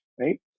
right